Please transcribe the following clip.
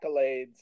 accolades